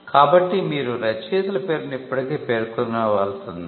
కాబట్టి మీరు రచయితల పేరును ఇప్పటికీ పేర్కొనవలసిందే